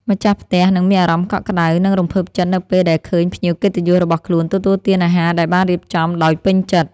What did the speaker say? ម្ចាស់ផ្ទះនឹងមានអារម្មណ៍កក់ក្តៅ និងរំភើបចិត្តនៅពេលដែលឃើញភ្ញៀវកិត្តិយសរបស់ខ្លួនទទួលទានអាហារដែលបានរៀបចំដោយពេញចិត្ត។